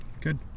good